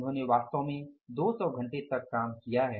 उन्होंने वास्तव में 200 घंटे तक काम किया है